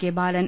K Balan